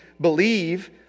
believe